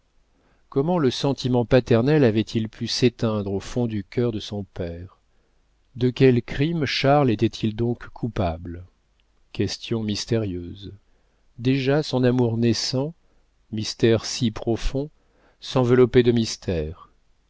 comment le sentiment paternel avait-il pu s'éteindre au fond du cœur de son père de quel crime charles était-il donc coupable questions mystérieuses déjà son amour naissant mystère si profond s'enveloppait de mystères